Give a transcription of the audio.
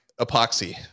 epoxy